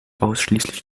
ausschließlich